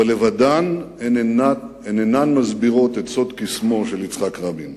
אבל לבדן הן אינן מסבירות את סוד קסמו של יצחק רבין.